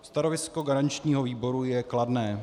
Stanovisko garančního výboru je kladné.